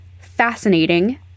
fascinating